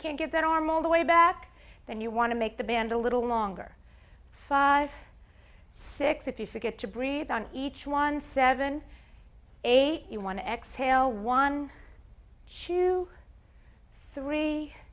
can't get that arm all the way back then you want to make the band a little longer five six if you forget to breathe on each one seven eight you want to exhale one chew three